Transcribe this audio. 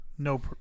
No